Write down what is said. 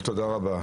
תודה רבה.